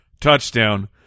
touchdown